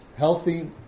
Healthy